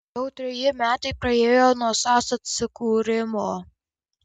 jau treji metai praėjo nuo sas atsikūrimo